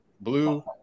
Blue